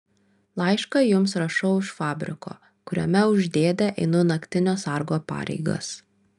laišką jums rašau iš fabriko kuriame už dėdę einu naktinio sargo pareigas